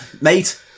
Mate